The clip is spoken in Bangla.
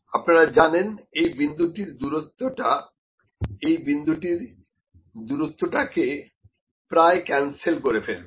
আপনারা জানেন এই বিন্দুটির দূরত্বটাএই বিন্দুটির দূরত্বটা কে প্রায় ক্যানসেল করে ফেলবে